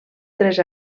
tres